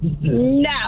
No